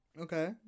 Okay